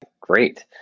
Great